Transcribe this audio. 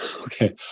Okay